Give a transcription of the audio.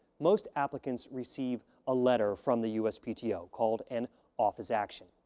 most applicants receive a letter from the uspto called an office action.